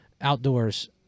outdoors